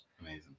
Amazing